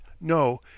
no